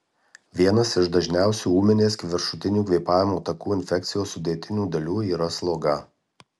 vienas iš dažniausių ūminės viršutinių kvėpavimo takų infekcijos sudėtinių dalių yra sloga